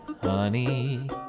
honey